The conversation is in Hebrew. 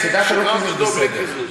שחררתי אותו בלי קיזוז.